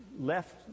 left